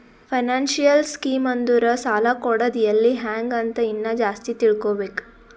financial scheme ಅಂದುರ್ ಸಾಲ ಕೊಡದ್ ಎಲ್ಲಿ ಹ್ಯಾಂಗ್ ಅಂತ ಇನ್ನಾ ಜಾಸ್ತಿ ತಿಳ್ಕೋಬೇಕು